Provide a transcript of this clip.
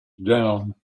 down